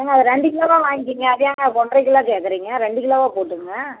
ஏங்க ஒரு ரெண்டு கிலோவா வாங்கிக்கோங்க அது ஏங்க ஒன்றரை கிலோவா கேட்குறீங்க ரெண்டு கிலோவா போட்டுக்கோங்க